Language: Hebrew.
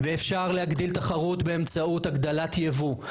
אפשר להגדיל תחרות באמצעות הגדלת ייבוא,